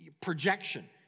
projection